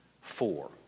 four